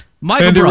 Michael